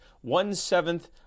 one-seventh